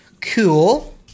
cool